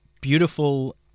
beautiful